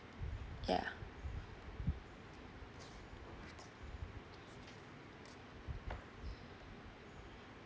yeah